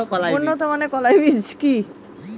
উন্নত মানের কলাই বীজ কি?